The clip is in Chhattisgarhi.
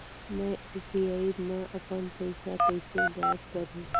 मैं यू.पी.आई मा अपन पइसा कइसे जांच करहु?